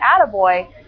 Attaboy